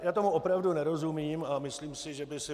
Já tomu opravdu nerozumím a myslím si, že by si